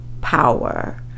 power